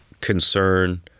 concern